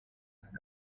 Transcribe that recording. sky